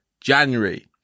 January